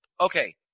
Okay